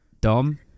dom